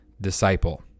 disciple